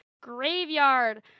graveyard